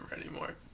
anymore